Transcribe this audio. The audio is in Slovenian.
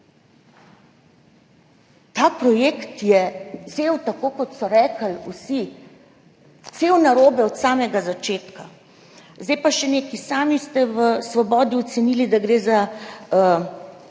tem projektom je, kot so rekli vsi, vse narobe od samega začetka. Zdaj pa še nekaj. Sami ste v Svobodi ocenili, da gre za